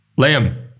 Liam